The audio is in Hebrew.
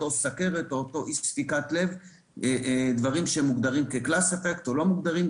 דברים שמוגדרים כ-Class effect או לא מוגדרים,